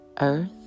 earth